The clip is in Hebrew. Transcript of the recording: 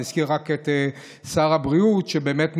אני אזכיר רק את שר הבריאות, שבאמת מתאמץ,